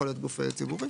יכול להיות גוף ציבורי,